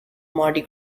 mardi